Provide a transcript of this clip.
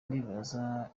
ndibaza